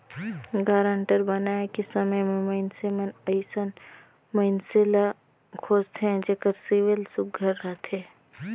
guarantor बनाए के समे में मइनसे मन अइसन मइनसे ल खोझथें जेकर सिविल सुग्घर रहथे